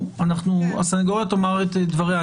הסנגוריה תאמר את דבריה.